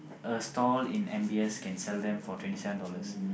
a stall in M_B_S can sell them for twenty seven dollars